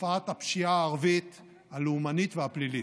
לתופעת הפשיעה הערבית הלאומנית והפלילית.